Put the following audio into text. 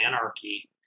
anarchy